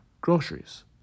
groceries